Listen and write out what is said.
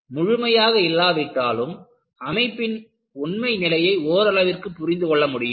முழுமையாக இல்லாவிட்டாலும் அமைப்பின் உண்மை நிலையை ஓரளவிற்கு புரிந்து கொள்ள முடியும்